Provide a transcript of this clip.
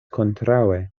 kontraŭe